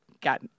got